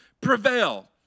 prevail